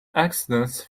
accidents